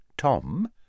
Tom